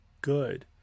good